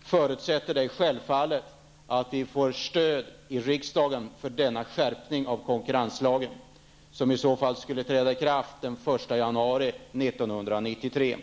Det förutsätter självfallet att vi får stöd i riksdagen för denna skärpning av konkurrenslagen, som i så fall skulle gälla fr.o.m. den 1 januari 1993.